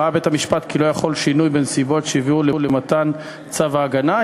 ראה בית-המשפט כי לא חל שינוי בנסיבות שהביאו למתן צו ההגנה,